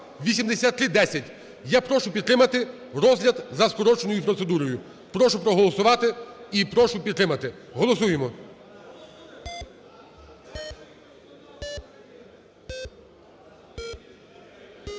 Я прошу підтримати розгляд за скороченою процедурою. Прошу проголосувати і прошу підтримати. Голосуємо.